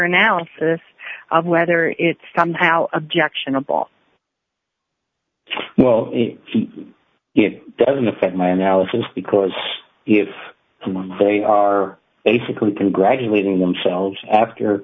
analysis of whether it's somehow objectionable well it doesn't affect my analysis because if they are basically congratulating themselves after